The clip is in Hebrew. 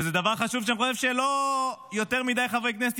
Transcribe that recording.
זה דבר חשוב שאני חושב שלא יותר מדי חברי כנסת